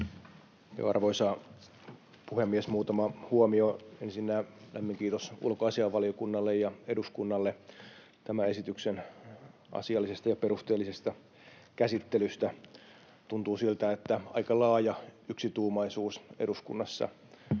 Arvoisa puhemies! Muutama huomio. Ensinnä lämmin kiitos ulkoasiainvaliokunnalle ja eduskunnalle tämän esityksen asiallisesta ja perusteellisesta käsittelystä. Tuntuu siltä, että aika laaja yksituumaisuus eduskunnassa